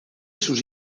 sus